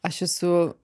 aš esu